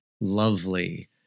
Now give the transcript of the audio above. lovely